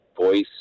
voice